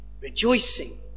rejoicing